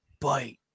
Bite